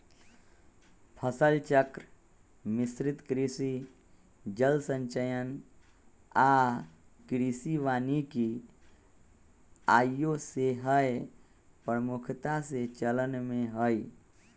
फसल चक्र, मिश्रित कृषि, जल संचयन आऽ कृषि वानिकी आइयो सेहय प्रमुखता से चलन में हइ